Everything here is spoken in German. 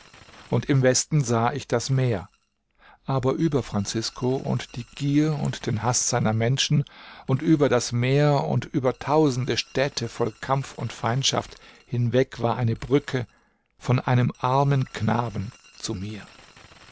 und im westen sah ich das meer aber über francisco und die gier und den haß seiner menschen und über das meer und über tausende städte voll kampf und feindschaft hinweg war eine brücke von einem armen knaben zu mir